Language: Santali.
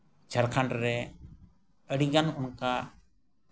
ᱡᱷᱟᱲᱠᱷᱚᱸᱰ ᱨᱮ ᱟᱹᱰᱤ ᱜᱟᱱ ᱚᱱᱠᱟ